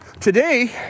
today